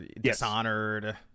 Dishonored